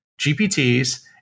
GPTs